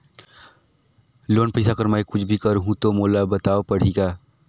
Loan पइसा कर मै कुछ भी करहु तो मोला बताव पड़ही का?